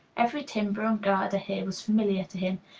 every timber and girder here was familiar to him.